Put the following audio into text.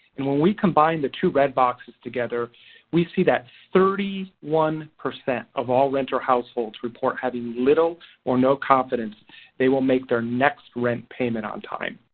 and when we combine the two red boxes together we see that thirty one percent of all renter households report having little or no confidence they will make their next rent payment on time.